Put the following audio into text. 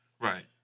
Right